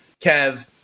Kev